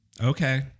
okay